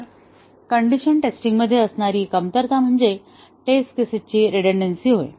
तर कंडिशन टेस्टिंगमध्ये असणारी कमतरता म्हणजे टेस्ट केसेसची रेडंडन्सी होय